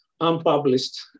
unpublished